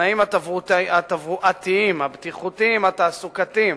התנאים התברואתיים, הבטיחותיים, התעסוקתיים